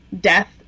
death